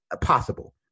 possible